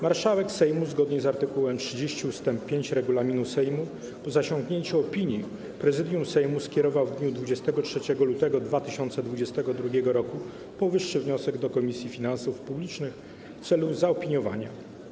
Marszałek Sejmu, zgodnie z art. 30 ust. 5 regulaminu Sejmu, po zasięgnięciu opinii Prezydium Sejmu, skierował w dniu 23 lutego 2022 r. powyższy wniosek do Komisji Finansów Publicznych w celu zaopiniowania.